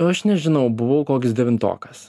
aš nežinau buvau koks devintokas